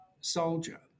soldier